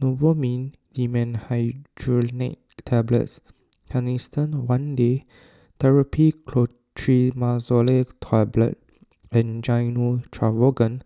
Novomin Dimenhydrinate Tablets Canesten one Day therapy Clotrimazole Tablet and Gyno Travogen